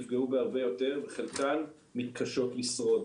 נפגעו הרבה יותר וחלקן מתקשות לשרוד.